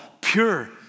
pure